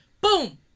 boom